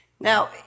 Now